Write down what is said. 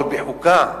עוד בחוקה.